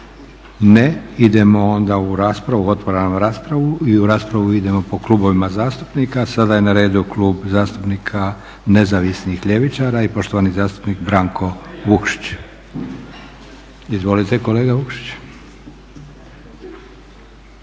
Ne. Idemo onda u raspravu. Otvaram raspravu. I u raspravu idemo po klubovima zastupnika. Sada je na redu Klub zastupnika Nezavisnih ljevičara i poštovani zastupnik Branko Vukšić. Izvolite kolega Vukšić.